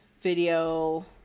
video